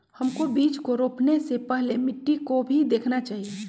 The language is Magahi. हमको बीज को रोपने से पहले मिट्टी को भी देखना चाहिए?